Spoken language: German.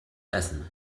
essen